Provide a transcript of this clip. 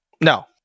no